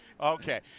Okay